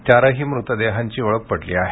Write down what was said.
चारही मृतदेहांची ओळख पटली आहे